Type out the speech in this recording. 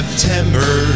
September